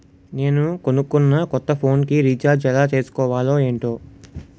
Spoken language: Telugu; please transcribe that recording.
నేను కొనుకున్న కొత్త ఫోన్ కి రిచార్జ్ ఎలా చేసుకోవాలో ఏంటో